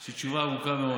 יש לי תשובה ארוכה מאוד.